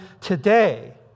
today